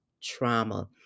trauma